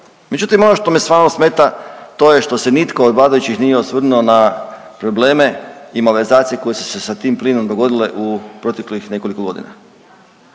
Međutim ono što me stvarno smeta to je što se nitko od vladajućih nije osvrnuo na probleme i malverzacije koje su se sa tim plinom dogodile u proteklih nekoliko godina.